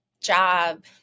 job